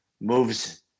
moves